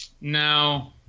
No